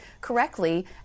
correctly